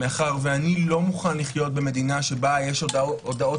מאחר ואני לא מוכן לחיות במדינה שבה יש הודעות